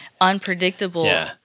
unpredictable